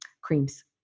creams